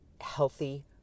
healthy